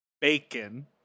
Bacon